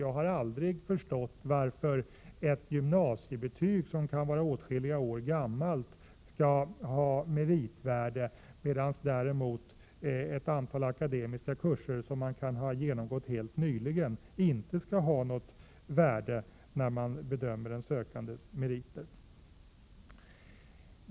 Jag har aldrig förstått varför ett gymnasiebetyg som kan vara åtskilliga år gammalt skall ha meritvärde, medan däremot akademiska betyg från kurser man genomgått helt nyligen inte skall ha något värde vid bedömningen av den sökandes meriter.